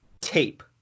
tape